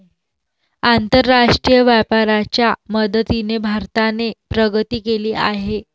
आंतरराष्ट्रीय व्यापाराच्या मदतीने भारताने प्रगती केली आहे